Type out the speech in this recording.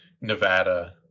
nevada